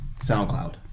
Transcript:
SoundCloud